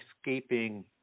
escaping